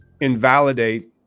invalidate